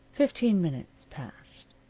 fifteen minutes passed.